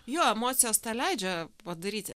jo emocijos tą leidžia padaryti